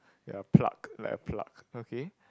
ya plug like a plug okay